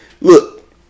look